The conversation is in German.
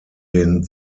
den